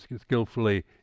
skillfully